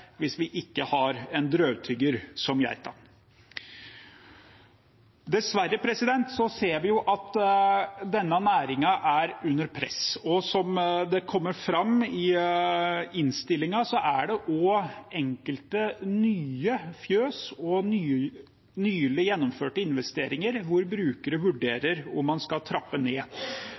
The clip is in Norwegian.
hvis vi ikke hadde hatt en drøvtygger som geita. Dessverre ser vi at denne næringen er under press. Som det kommer fram i innstillingen, er det også enkelte nye fjøs og nylig gjennomførte investeringer hvor brukere vurderer om man skal trappe ned.